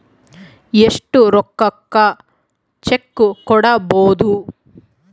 ಎಷ್ಟು ರೊಕ್ಕಕ ಚೆಕ್ಕು ಕೊಡುಬೊದು